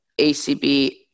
acb